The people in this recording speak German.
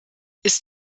ist